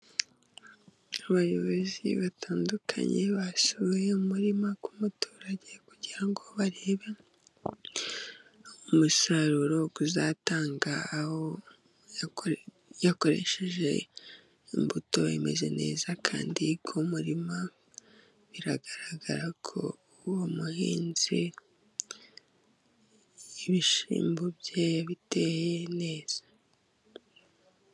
Abayobozi batandukanye basuye umurima w'umuturage kugirango barebe umusaruro uzatanga, aho yakoresheje imbuto imeze neza, kandi ku kumurima biragaragara ko uwo muhinzi ibishimbo bye yabiteye neza.